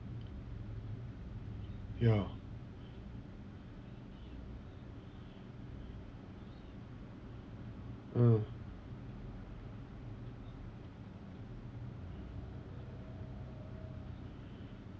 ya mm